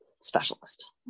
specialist